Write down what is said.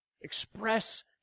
Express